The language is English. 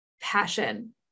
passion